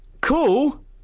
cool